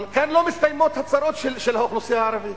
אבל כאן לא מסתיימות הצרות של האוכלוסייה הערבית,